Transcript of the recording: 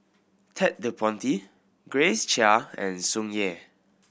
Ted De Ponti Grace Chia and Tsung Yeh